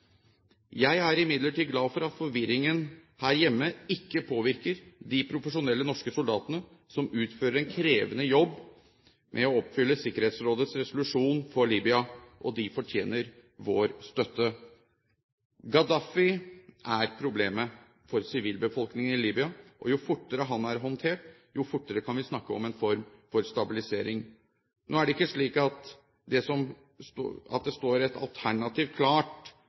Jeg er imidlertid glad for at forvirringen her hjemme ikke påvirker de profesjonelle norske soldatene som utfører en krevende jobb med å oppfylle Sikkerhetsrådets resolusjon for Libya. De fortjener vår støtte. Gaddafi er problemet for sivilbefolkningen i Libya, og jo fortere han er håndtert, jo fortere kan vi snakke om en form for stabilisering. Nå er det ikke slik at det står et alternativ klart og venter på å ta makten i Libya. Det